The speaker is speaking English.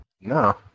No